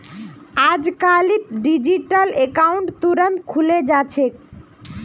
अजकालित digital account तुरंत खुले जा छेक